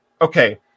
okay